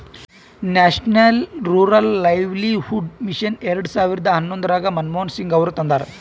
national rural livelihood mission ಎರೆಡ ಸಾವಿರದ ಹನ್ನೊಂದರಾಗ ಮನಮೋಹನ್ ಸಿಂಗ್ ಅವರು ತಂದಾರ